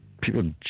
people